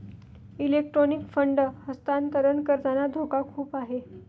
electronic fund हस्तांतरण करताना धोका खूप आहे